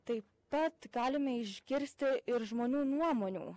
taip pat galime išgirsti ir žmonių nuomonių